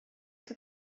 que